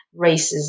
racism